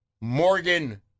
Morgan